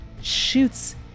shoots